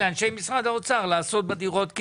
אני לא פתחתי את זה לדיון.